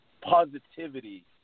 positivity